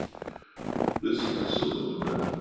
this is the soul of the man,